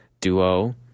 duo